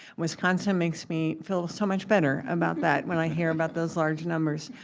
wisconsin makes me feel so much better about that when i hear about those large numbers.